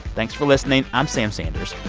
thanks for listening. i'm sam sanders.